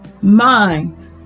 mind